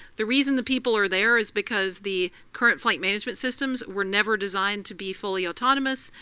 the reason the people are there is because the current flight management systems were never designed to be fully autonomous.